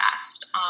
fast